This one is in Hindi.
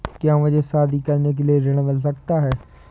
क्या मुझे शादी करने के लिए ऋण मिल सकता है?